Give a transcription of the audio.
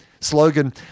slogan